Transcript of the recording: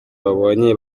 babonye